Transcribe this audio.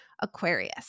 Aquarius